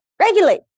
regulate